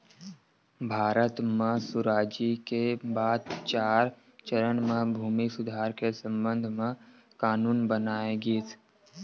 भारत म सुराजी के बाद चार चरन म भूमि सुधार के संबंध म कान्हून बनाए गिस